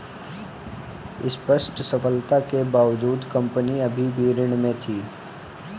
स्पष्ट सफलता के बावजूद कंपनी अभी भी ऋण में थी